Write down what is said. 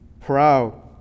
proud